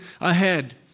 ahead